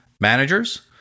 managers